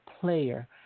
player